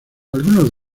algunos